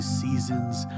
seasons